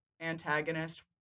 antagonist